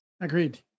Agreed